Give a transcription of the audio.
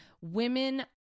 Women